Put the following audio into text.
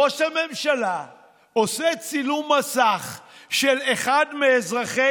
ראש הממשלה עושה צילום מסך של אחד מאזרחי